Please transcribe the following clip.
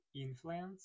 influence